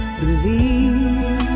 believe